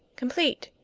complete!